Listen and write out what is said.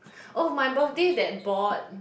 oh my birthday that board